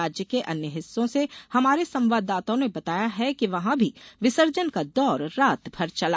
राज्य के अन्य हिस्सों से हमारे संवाददाताओं ने बताया है कि वहां भी विसर्जन का दौर रात भर चला